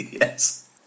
Yes